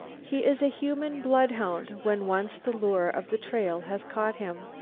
he is a human bloodhound when once the lure of the trail has caught him.